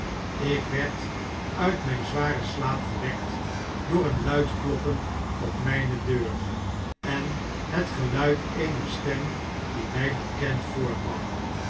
ik werd uitmynzwaren slaap gewekt door een luid kloppen op myne deur en het geluid eener stem die my bekend voorkwam